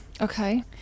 Okay